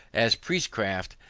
as priest-craft,